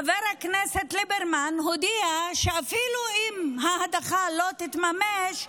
חבר הכנסת ליברמן הודיע שאפילו אם ההדחה לא תתממש,